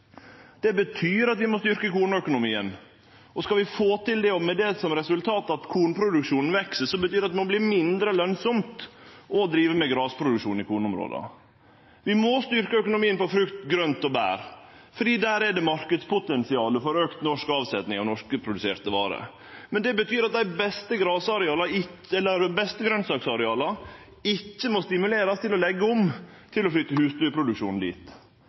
Det betyr at vi må styrkje kornøkonomien. Skal vi få til det, med det resultatet at kornproduksjonen veks, betyr det at det må verte mindre lønsamt å drive med grasproduksjon i kornområda. Vi må styrkje økonomien på frukt, grønt og bær, for der er det marknadspotensial for auka norsk avsetnad av norskproduserte varer. Men det betyr at dei beste grønsaksareala ikkje må stimulerast til å leggje om, til å flytte husdyrproduksjonen dit.